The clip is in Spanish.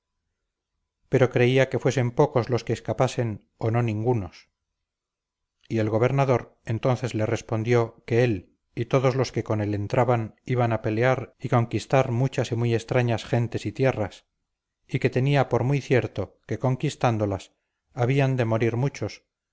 pero creía que fuesen pocos los que escapasen o no ningunos y el gobernador entonces le respondió que él y todos los que con él entraban iban a pelear y conquistar muchas y muy extrañas gentes y tierras y que tenía por muy cierto que conquistándolas habían de morir muchos